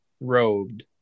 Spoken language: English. robed